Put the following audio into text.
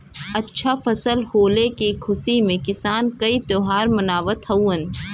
अच्छा फसल होले के खुशी में किसान कई त्यौहार मनावत हउवन